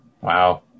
Wow